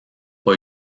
pas